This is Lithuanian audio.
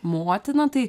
motina tai